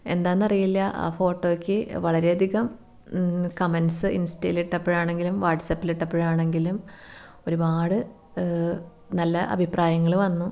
എന്താന്നറിയില്ല ആ ഫോട്ടോയ്ക്ക് വളരെയധികം കമൻറ്റ്സ് ഇൻസ്റ്റയിലിട്ടപ്പഴാണെങ്കിലും വാട്സാപ്പിലിട്ടപ്പഴാണെങ്കിലും ഒരുപാട് നല്ല അഭിപ്രായങ്ങൾ വന്നു